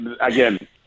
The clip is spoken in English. Again